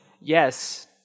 yes